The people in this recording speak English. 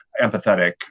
empathetic